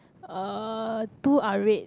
uh two are red